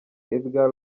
edgar